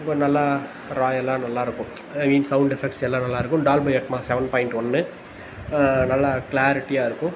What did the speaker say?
நல்லா ராயலாக நல்லா இருக்கும் அந்த சவுண்ட் எபெக்ட்ஸ் எல்லாம் நல்லா இருக்கும் டால்பைஅட்மாஸ் செவன் பாயிண்ட் ஒன்னு நல்லா கிளாரிட்டியாக இருக்கும்